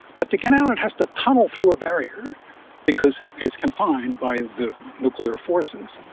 but to get out it has to tunnel through a barrier because it's confined by the nuclear forces,